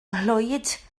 nghlwyd